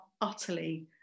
utterly